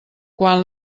quan